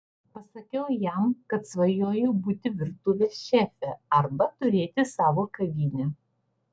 pasakiau jam kad svajoju būti virtuvės šefė arba turėti savo kavinę